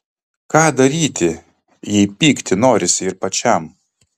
ką daryti jeigu pykti norisi ir pačiam